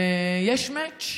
ויש match,